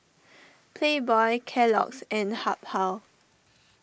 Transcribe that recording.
Playboy Kellogg's and Habhal